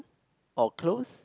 or close